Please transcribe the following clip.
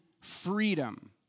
freedom